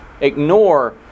ignore